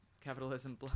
capitalism